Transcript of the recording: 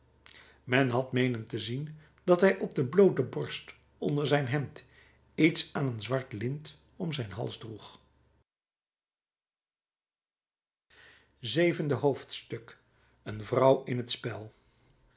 men had meenen te zien dat hij op de bloote borst onder zijn hemd iets aan een zwart lint om den hals droeg zevende hoofdstuk een vrouw in t spel